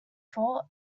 thought